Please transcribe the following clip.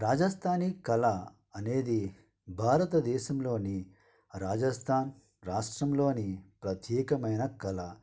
రాజస్థానీ కళ అనేది భారతదేశంలోని రాజస్థాన్ రాష్ట్రంలోని ప్రత్యేకమైన కళ